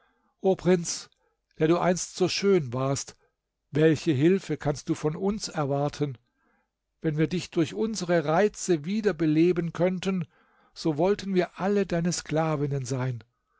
prinz der du einst so schön warst welche hilfe kannst du von uns erwarten wenn wir dich durch unsere reize wieder beleben könnten so wollten wir alle deine sklavinnen sein